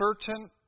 certain